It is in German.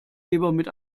mit